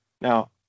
Now